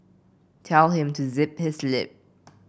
tell him to zip his lip